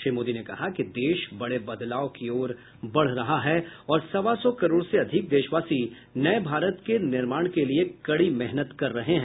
श्री मोदी ने कहा कि देश बड़े बदलाव की ओर बढ़ रहाहै और सवा सौ करोड़ से अधिक देशवासी नये भारत के निर्माण के लिए कड़ी मेहनत कर रहे हैं